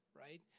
right